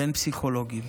ואין פסיכולוגים.